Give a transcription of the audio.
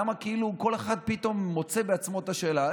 למה כאילו כל אחד פתאום מוצא בעצמו את השאלה?